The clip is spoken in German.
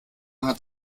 hat